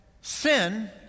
sin